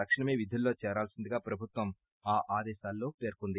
తక్షణమే విధుల్లో చేరాల్పిందిగా ప్రభుత్వం ఆదేశాల్లో పేర్చింది